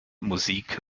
musik